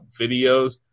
videos